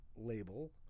label